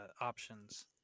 options